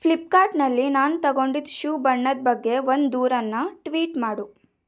ಫ್ಲಿಪ್ಕಾರ್ಟ್ನಲ್ಲಿ ನಾನು ತೊಗೊಂಡಿದ್ದ ಶೂ ಬಣ್ಣದ ಬಗ್ಗೆ ಒಂದು ದೂರನ್ನು ಟ್ವೀಟ್ ಮಾಡು